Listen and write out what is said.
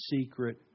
secret